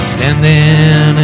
Standing